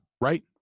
right